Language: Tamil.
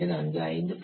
24 5